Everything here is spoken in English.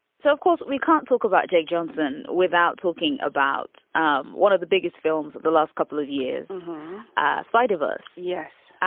so, of course, we can't talk about jake johnson without talking about um one of the biggest films of the last couple of years in spite of us. yes.